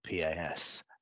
PAS